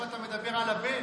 עכשיו אתה מדבר על הבן,